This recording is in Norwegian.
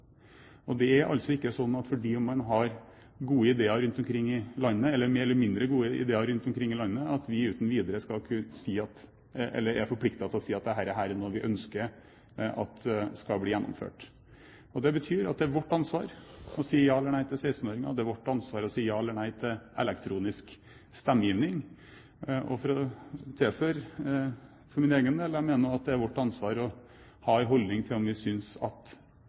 Det er altså ikke sånn at fordi om man har mer eller mindre gode ideer rundt omkring i landet, er vi uten videre forpliktet til å si at dette er noe vi ønsker skal bli gjennomført. Det betyr at det er vårt ansvar å si ja eller nei til stemmerett for 16-åringer, det er vårt ansvar å si ja eller nei til elektronisk stemmegivning. Og jeg vil tilføye for min egen del at jeg mener det er vårt ansvar å ha en holdning til